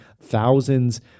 thousands